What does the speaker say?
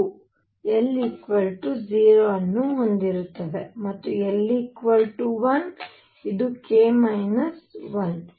n 2 l 0 ಅನ್ನು ಹೊಂದಿರುತ್ತದೆ ಮತ್ತು l 1 ಇದು k 1